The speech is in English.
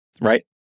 right